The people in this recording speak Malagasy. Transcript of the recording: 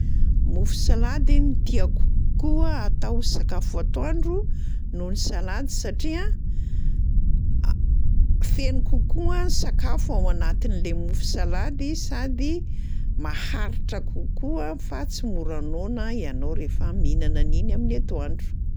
Mofo salady no tiako kokoa atao sakafo atoandro noho ny salady satria a- feno kokoa ny sakafo ao anatin'le mofo salady sady maharitra kokoa fa tsy mora noana ianao rehefa mihinana an'iny amin'ny atoandro.